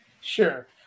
Sure